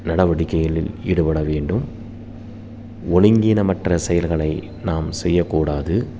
நடவடிக்கைகளில் ஈடுபட வேண்டும் ஒழுங்கீனமற்ற செயல்களை நாம் செய்யக்கூடாது